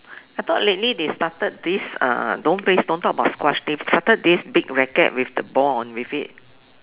I thought lately they started this uh don't play don't talk about squash they started this big racket with the ball on with it